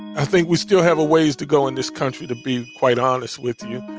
i think we still have a ways to go in this country, to be quite honest with you,